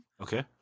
Okay